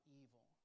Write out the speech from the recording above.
evil